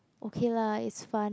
okay lah it's fun